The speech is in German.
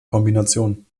kombination